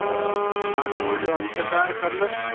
त मां तव्हां जो इंतज़ारु कंदुसि